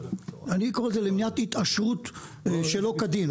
אני קורא לזה למניעת התעשרות שלא כדין,